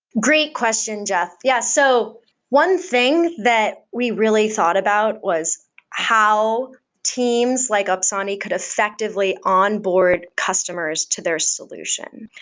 great question, jeff. yeah. so one thing that we really thought about was how teams like opsani could effectively onboard customers to their solution.